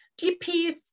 GPs